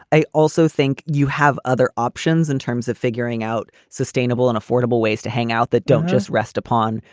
i also think you have other options in terms of figuring out sustainable and affordable ways to hang out that don't just rest upon.